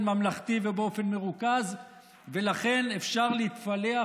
ממלכתי ובאופן מרוכז ולכן אפשר להתפלח.